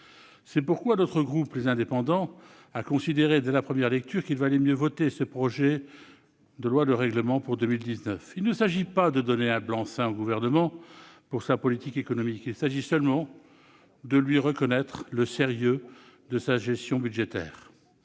C'est pourquoi le groupe Les Indépendants a considéré, dès la première lecture, qu'il valait mieux voter le projet de loi de règlement pour 2019. Il ne s'agit pas de donner un blanc-seing au Gouvernement pour sa politique économique. Il s'agit seulement de reconnaître le sérieux de sa gestion budgétaire.